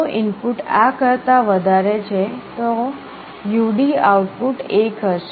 જો ઇનપુટ આ કરતા વધારે છે તો UD આઉટપુટ 1 હશે